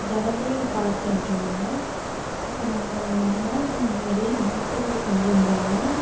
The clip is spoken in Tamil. கணபதி கார் சென்டருகளாங்க இப்போ நாங்கள் அஞ்சு நாளைக்கு முன்னாடி முன்பதிவு செஞ்சுருந்தோங்க